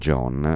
John